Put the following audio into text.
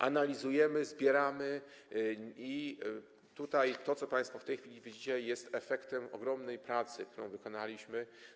analizujemy, zbieramy i to, co państwo w tej chwili widzicie, jest efektem ogromnej pracy, którą wykonaliśmy.